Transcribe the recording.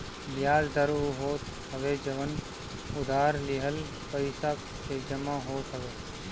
बियाज दर उ होत हवे जवन उधार लिहल पईसा पे जमा होत हवे